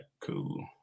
cool